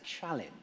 challenge